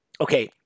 Okay